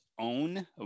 own